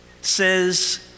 says